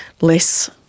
less